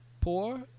poor